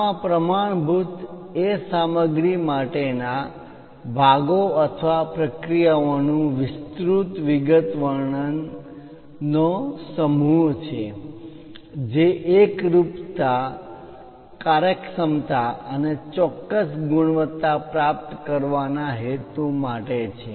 આમાં પ્રમાણભૂત એ સામગ્રી માટે ના ભાગો અથવા પ્રક્રિયા ઓ નુ વિસ્તૃત વિગતવર્ણન નો સમૂહ છે જે એકરૂપતા કાર્યક્ષમતા અને ચોક્કસ ગુણવત્તા પ્રાપ્ત કરવાના હેતુ માટે છે